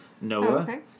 Noah